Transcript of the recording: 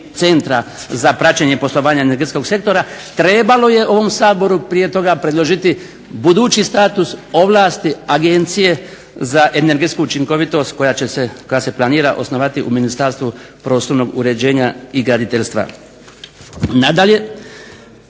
Centra za praćenje poslovanja energetskog sektora, trebalo je ovom Saboru prije toga predložiti budući status, ovlasti Agencije za energetsku učinkovitost koja se planira osnovati u Ministarstvu prostornog uređenja i graditeljstva. Nadalje,